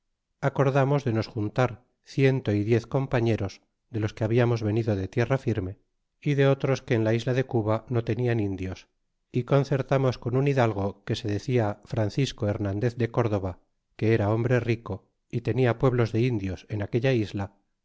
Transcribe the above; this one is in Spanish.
acordamos de no s imitar ciento y diez compañeros de los que hatriamos venido de tierra firme y de otros que en la isla de cuba no tenian indios y concertamos con un mago que se decia francisco hernandez de córdoba que era hombre rico y tenia pueblos de indios en aquella isla